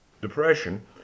depression